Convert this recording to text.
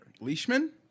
Leishman